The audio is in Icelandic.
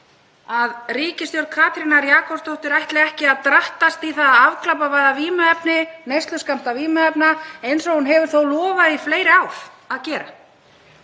að ríkisstjórn Katrínar Jakobsdóttur ætli ekki að drattast í það að afglæpavæða neysluskammta vímuefna eins og hún hefur þó lofað í fleiri ár að gera.